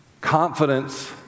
confidence